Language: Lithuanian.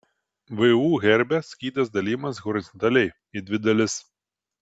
vu herbe skydas dalijamas horizontaliai į dvi dalis